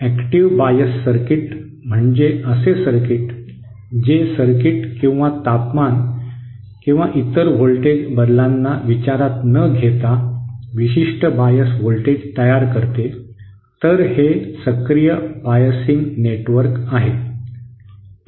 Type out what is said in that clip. active bias circuit म्हणजे असे circuit जे सर्किट किंवा तापमान किंवा इतर व्होल्टेज बदलांना विचारात न घेता विशिष्ट बायस व्होल्टेज तयार करते तर हे सक्रिय बायसिंग नेटवर्क आहे